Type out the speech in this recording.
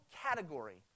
category